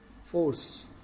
force